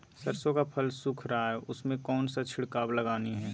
सरसो का फल सुख रहा है उसमें कौन सा छिड़काव लगानी है?